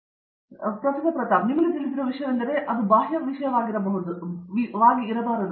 ಪ್ರತಾಪ್ ಹರಿಡೋಸ್ ಆದ್ದರಿಂದ ನಿಮಗೆ ತಿಳಿದಿರುವ ವಿಷಯವೆಂದರೆ ನೀವು ಬಾಹ್ಯ ವಿಷಯವಾಗಿರಬಾರದು